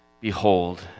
behold